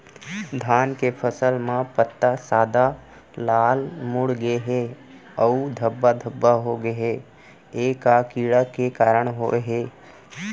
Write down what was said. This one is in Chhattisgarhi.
धान के फसल म पत्ता सादा, लाल, मुड़ गे हे अऊ धब्बा धब्बा होगे हे, ए का कीड़ा के कारण होय हे?